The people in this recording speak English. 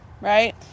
right